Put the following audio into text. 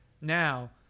Now